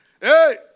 Hey